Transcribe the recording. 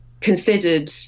considered